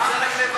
שלוש דקות.